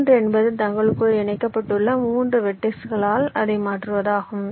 3 என்பது தங்களுக்குள் இணைக்கப்பட்டுள்ள 3 வெர்டெக்ஸ்களால் அதை மாற்றுவதாகும்